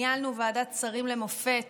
ניהלנו ועדת שרים למופת